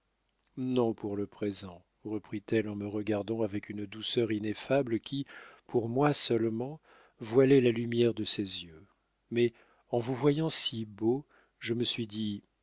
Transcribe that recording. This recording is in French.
non pour le présent reprit-elle en me regardant avec une douceur ineffable qui pour moi seulement voilait la lumière de ses yeux mais en vous voyant si beau je me suis dit